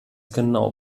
genau